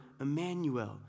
Emmanuel